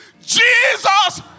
Jesus